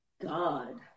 God